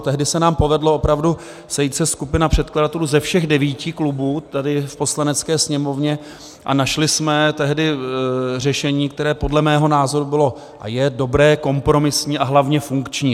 Tehdy se nám povedlo opravdu sejít se, skupina předkladatelů ze všech devíti klubů tady v Poslanecké sněmovně, a našli jsme tehdy řešení, které podle mého názoru bylo a je dobré kompromisní, a hlavně funkční.